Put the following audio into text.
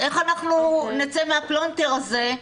איך נצא מהפלונטר הזה,